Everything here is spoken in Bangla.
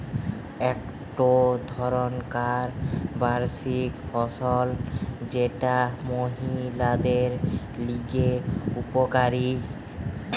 একটো ধরণকার বার্ষিক ফসল যেটা মহিলাদের লিগে উপকারী